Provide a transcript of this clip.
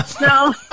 no